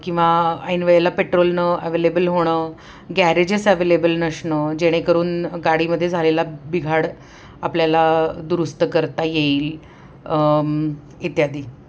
किंवा ऐनवेळेला पेट्रोल न अवेलेबल होणं गॅरेजेस अवेलेबल नसणं जेणेकरून गाडीमध्ये झालेला बिघाड आपल्याला दुरुस्त करता येईल इत्यादी